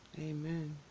Amen